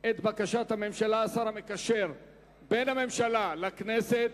את בקשת הממשלה השר המקשר בין הממשלה לכנסת,